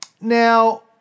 now